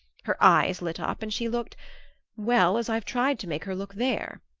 her eyes lit up and she looked well, as i've tried to make her look there.